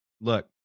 look